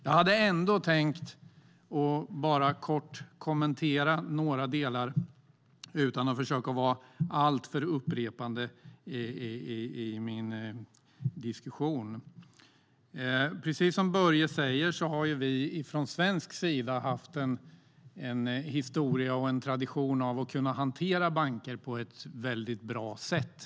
Jag ska kommentera några delar utan att vara alltför upprepande i min diskussion. Precis som Börje sa har Sverige en historia och tradition av att kunna hantera banker på ett bra sätt.